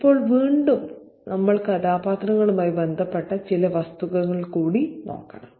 ഇപ്പോൾ നമ്മൾ കഥാപാത്രങ്ങളുമായി ബന്ധപ്പെട്ട ചില വസ്തുക്കൾ കൂടി നോക്കണം